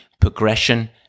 progression